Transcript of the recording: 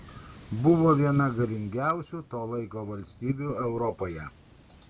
buvo viena galingiausių to laiko valstybių europoje